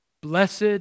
Blessed